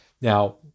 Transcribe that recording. Now